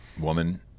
woman